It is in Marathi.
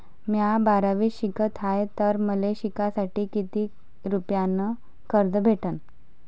म्या बारावीत शिकत हाय तर मले शिकासाठी किती रुपयान कर्ज भेटन?